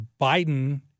Biden